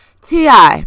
ti